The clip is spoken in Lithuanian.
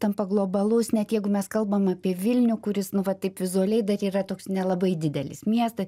tampa globalus net jeigu mes kalbam apie vilnių kuris nu vat taip vizualiai dar yra toks nelabai didelis miestas